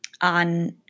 on